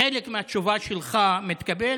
חלק מהתשובה שלך מתקבל,